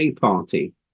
party